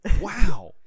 Wow